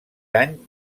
any